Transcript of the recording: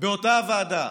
באותה הוועדה,